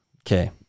Okay